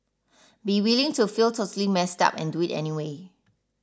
be willing to feel totally messed up and do it anyway